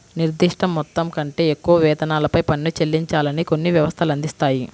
నిర్దిష్ట మొత్తం కంటే ఎక్కువ వేతనాలపై పన్ను చెల్లించాలని కొన్ని వ్యవస్థలు అందిస్తాయి